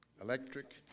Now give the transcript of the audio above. Electric